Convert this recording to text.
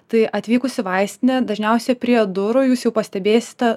tai atvykus į vaistinę dažniausiai prie durų jūs jau pastebėsite